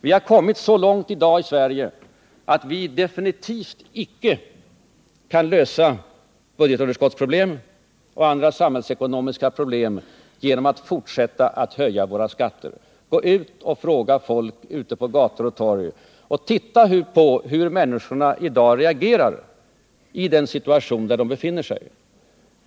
Vi har i dag kommit så långt i Sverige att vi definitivt icke kan lösa budgetunderskottsproblem och andra samhällsekonomiska problem genom att fortsätta att höja våra skatter. Gå ut och fråga folk på gator och torg, och hör efter hur människorna i dag reagerar i den situation där de befinner sig!